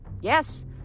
yes